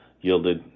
yielded